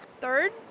Third